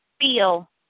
feel